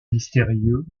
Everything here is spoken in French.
mystérieux